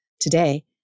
Today